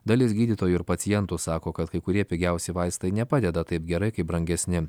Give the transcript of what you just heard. dalis gydytojų ir pacientų sako kad kai kurie pigiausi vaistai nepadeda taip gerai kaip brangesni